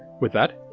with that,